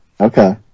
Okay